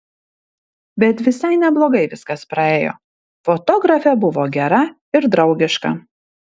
bet visai neblogai viskas praėjo fotografė buvo gera ir draugiška